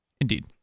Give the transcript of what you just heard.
Indeed